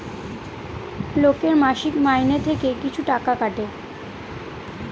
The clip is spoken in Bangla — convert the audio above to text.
লোকের মাসিক মাইনে থেকে কিছু টাকা কাটে